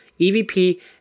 EVP